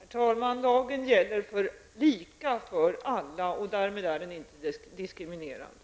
Herr talman! Lagen gäller lika för alla, och därmed är den inte diskriminerande.